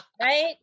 Right